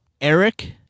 Eric